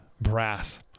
brass